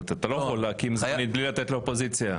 אתה לא יכול להקים בלי לתת לאופוזיציה.